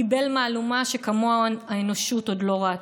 קיבל מהלומה שכמוה האנושות עוד לא ראתה: